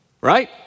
right